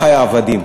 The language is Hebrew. אחי העבדים,